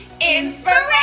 inspiration